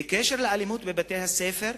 בקשר לאלימות בבתי-הספר,